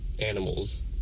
animals